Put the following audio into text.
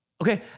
Okay